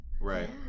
right